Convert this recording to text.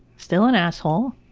still an asshole.